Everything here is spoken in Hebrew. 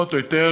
פחות או יותר,